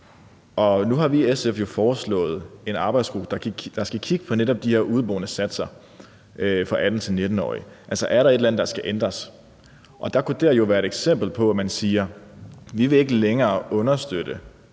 Nu har vi i SF jo foreslået en arbejdsgruppe, der skal kigge på netop de her udeboendesatser for 18-19-årige, altså om der er et eller andet, der skal ændres. Og der kunne det her jo være et eksempel på, at man siger: Vi vil ikke længere understøtte